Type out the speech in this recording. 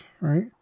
right